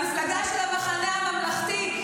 המפלגה של המחנה הממלכתי,